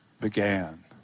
began